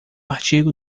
artigo